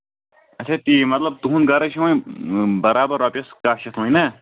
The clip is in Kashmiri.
اچھا تی مطلب تُہُند گرٕز چھِ وۄنۍ برابر رۄپیَس کَہہ شَتھ وۄنۍ نہ